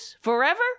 forever